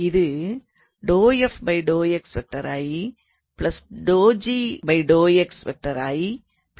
ஆகவே